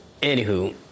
Anywho